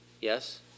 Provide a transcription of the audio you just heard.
yes